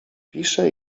pisze